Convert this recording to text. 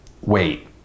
wait